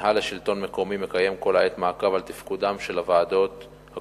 מינהל השלטון המקומי מקיים כל העת מעקב אחר תפקודן של הוועדות הקרואות,